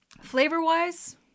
flavor-wise